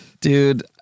Dude